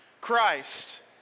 Christ